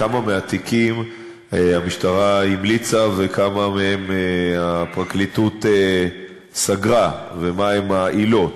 כמה מהתיקים המשטרה המליצה וכמה מהם הפרקליטות סגרה ומהן העילות.